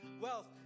wealth